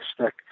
stick